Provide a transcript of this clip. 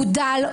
הוא דל,